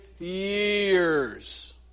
years